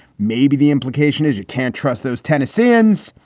maybe the implication is you can't trust those tennesseans.